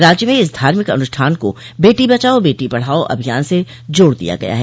राज्य में इस धार्मिक अनूष्ठान को बेटी बचाओ बेटी पढ़ाओ अभियान से जोड़ दिया गया है